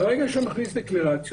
ברגע שאתה מכניס דקלרציות,